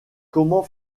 comment